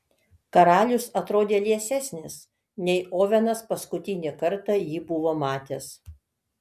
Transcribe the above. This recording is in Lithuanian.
karalius atrodė liesesnis nei ovenas paskutinį kartą jį buvo matęs